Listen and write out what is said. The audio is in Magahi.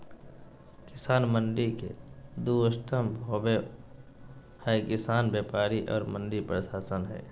किसान मंडी के दू स्तम्भ होबे हइ किसान व्यापारी और मंडी प्रशासन हइ